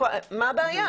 מה הבעיה?